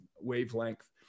wavelength